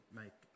make